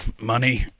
money